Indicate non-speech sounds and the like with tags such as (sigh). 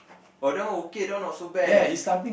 oh that one okay that one not so bad (breath)